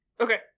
Okay